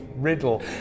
riddle